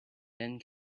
then